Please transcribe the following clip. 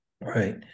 Right